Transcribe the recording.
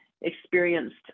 experienced